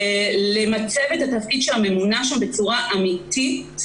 למצב את תפקיד הממונה שם בצורה אמיתית,